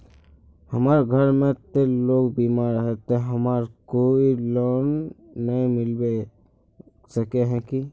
हमर घर में ते लोग बीमार है ते हमरा कोई लोन नय मिलबे सके है की?